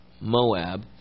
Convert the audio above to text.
Moab